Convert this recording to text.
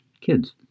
kids